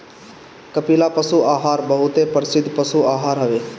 कपिला पशु आहार बहुते प्रसिद्ध पशु आहार हवे